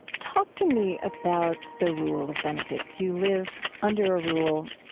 talk to me about the rule of benedict. you live under a rule.